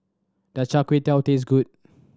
does Char Kway Teow taste good